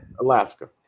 Alaska